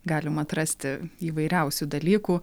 galima atrasti įvairiausių dalykų